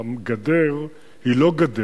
הגדר היא לא גדר,